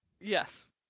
Yes